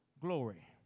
glory